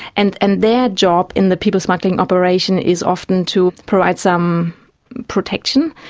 and and their job in the people smuggling operation is often to provide some protection.